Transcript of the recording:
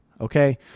okay